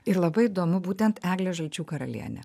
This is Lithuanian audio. ir labai įdomu būtent eglė žalčių karalienė